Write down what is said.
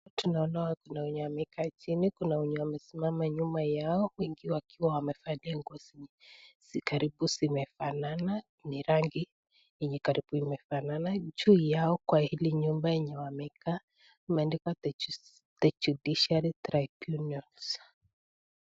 Tunaona kuna wenye wamekaa jini. Kuna wenye wamesimama nyuma yao wakiwa wamevalia nguo zenye karibu zinafanana, ni rangi yenye karibu inafanana, juu yao kwa hili nyumba yenye amekaa imeandikwa the judiciary tribunals .